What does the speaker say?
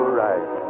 right